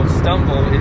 stumble